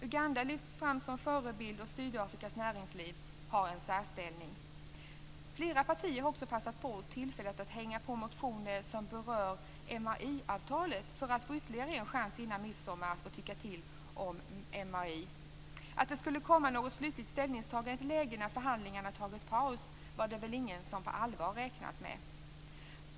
Uganda lyfts fram som förebild, och Sydafrikas näringsliv har en särställning. Flera partier har passat på tillfället att hänga på motioner som berör MAI-avtalet för att få ytterligare en chans att tycka till om MAI innan midsommar. Att det skulle komma något slutligt ställningstagande i ett läge när förhandlingarna tagit paus är det väl ingen som på allvar räknat med.